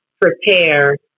prepare